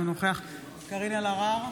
אינו נוכח קארין אלהרר,